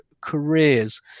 careers